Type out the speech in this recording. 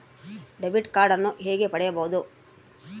Debit ಕಾರ್ಡನ್ನು ಹೇಗೆ ಪಡಿಬೋದು?